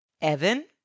Evan